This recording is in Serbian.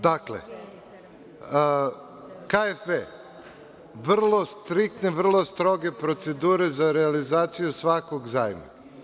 Dakle, KFW vrlo striktne, vrlo stroge procedure za realizaciju svakog zajma.